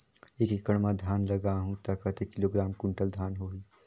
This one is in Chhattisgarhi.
एक एकड़ मां धान लगाहु ता कतेक किलोग्राम कुंटल धान होही?